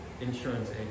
insurance